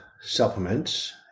supplements